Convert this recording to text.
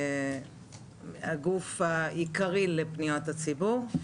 הגוף העיקרי לפניות הציבור.